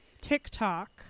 TikTok